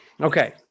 okay